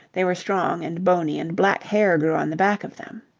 they were strong and bony and black hair grew on the back of them.